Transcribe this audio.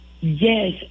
Yes